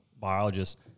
biologists